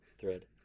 Thread